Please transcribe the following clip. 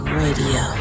radio